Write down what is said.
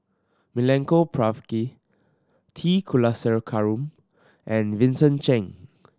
Milenko Prvacki T Kulasekaram and Vincent Cheng